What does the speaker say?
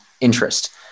interest